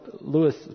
Lewis